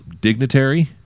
dignitary